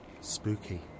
Spooky